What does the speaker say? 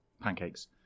pancakes